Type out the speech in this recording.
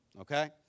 okay